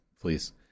please